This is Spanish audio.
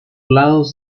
lados